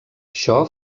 això